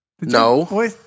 No